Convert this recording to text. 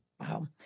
Wow